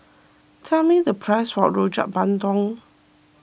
tell me the price of Rojak Bandung